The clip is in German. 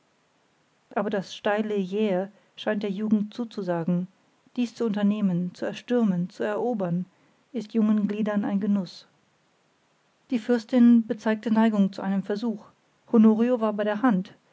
aber das steile jähe scheint der jugend zuzusagen dies zu unternehmen zu erstürmen zu erobern ist jungen gliedern ein genuß die fürstin bezeigte neigung zu einem versuch honorio war bei der hand